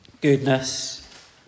Goodness